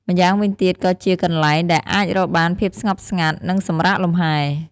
ម្យ៉ាងវិញទៀតក៏ ជាកន្លែងដែលអ្នកអាចរកបានភាពស្ងប់ស្ងាត់ និងសម្រាកលំហែ។